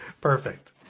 perfect